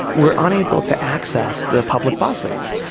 were unable to access the public buses.